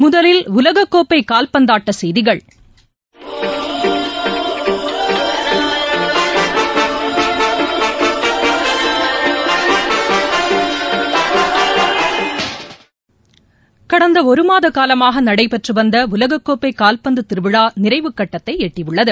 முதலில் உலகக்கோப்பைகால்பந்தாட்டசெய்திகள் கடந்தஒருமாதகாலமாகநடைபெற்றுவந்தஉலகக்கோப்பைகால்பந்துதிருவிழாநிறைவுக் கட்டத்தைஎட்டியுள்ளது